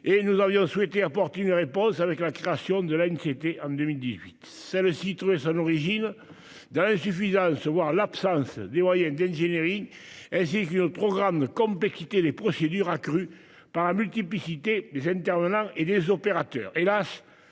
et nous avions souhaité apporter une réponse avec la création de la une, c'était en 2018. Celle-ci trouver son origine dans l'insuffisance. Voire l'absence des moyens d'engineering elle ainsi que le programme comme peut quitter les procédures accrues par la multiplicité des intervenants et des opérateurs.